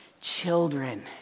Children